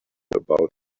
about